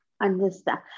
understand